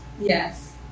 Yes